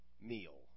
meal